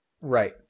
right